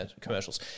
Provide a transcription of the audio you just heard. commercials